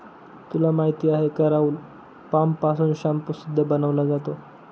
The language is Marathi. तुला माहिती आहे का राहुल? पाम पासून शाम्पू सुद्धा बनवला जातो